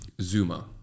Zuma